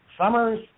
summers